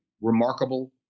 remarkable